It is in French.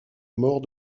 mort